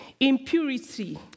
Impurity